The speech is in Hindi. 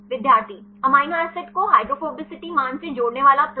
विद्यार्थी अमीनो एसिड को हाइड्रोफोबिसिटी मान से जोड़ने वाला प्लॉट